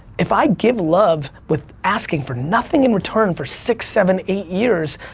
if i give love with asking for nothing in return for six, seven, eight years,